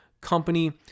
Company